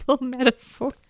metaphor